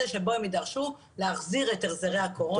שבו הם יידרשו להחזיר את החזרי הקורונה.